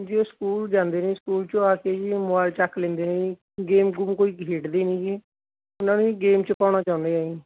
ਜੀ ਉਹ ਸਕੂਲ ਜਾਂਦੇ ਨੇ ਸਕੂਲ 'ਚੋਂ ਆ ਕੇ ਜੀ ਮੋਬਾਇਲ ਚੱਕ ਲੈਂਦੇ ਨੇ ਗੇਮ ਗੂਮ ਕੋਈ ਖੇਡਦੇ ਨੀਗੇ ਉਹਨਾਂ ਨੂੰ ਜੀ ਗੇਮ 'ਚ ਪਾਉਣਾ ਚਾਹੁੰਦੇ ਹਾਂ ਜੀ